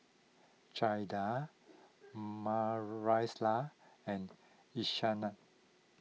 Jaeda Maricela and Ishaan